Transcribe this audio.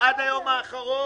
עליך כאשם ואני אומר, הוא לא אשם.